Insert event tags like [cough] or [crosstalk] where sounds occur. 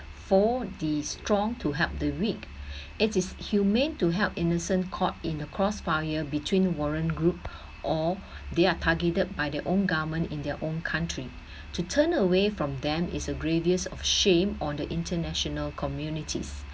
for the strong to help the weak [breath] it is humane to help innocent caught in the crossfire between warren group or they are targeted by their own government in their own country to turn away from them is a grievous of shame on the international communities